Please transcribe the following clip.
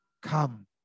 come